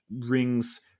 rings